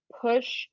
push